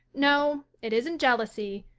no it isn't jealousy.